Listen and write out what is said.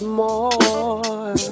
more